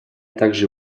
также